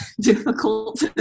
difficult